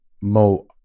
Mo